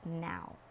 now